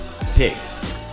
pigs